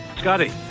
Scotty